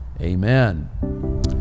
Amen